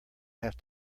have